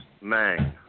Mang